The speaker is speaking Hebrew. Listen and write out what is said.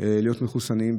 להיות מחוסנים.